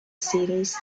series